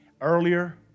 earlier